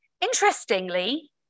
Interestingly